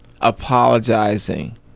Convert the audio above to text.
apologizing